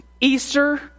easter